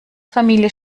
familie